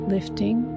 Lifting